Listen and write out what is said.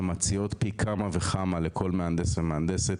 שמציעות פי כמה וכמה לכל מהנדס ומהנדסת,